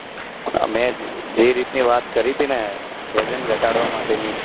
મેં જે રીતની વાત કરી હતી ને વજન ઘટાડવા માટેની